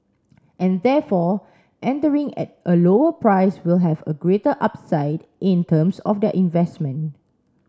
and therefore entering at a lower price will have a greater upside in terms of their investment